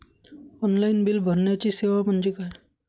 Online bill भरण्याची सेवा म्हणजे काय?